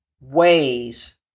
ways